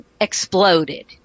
exploded